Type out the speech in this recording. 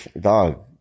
dog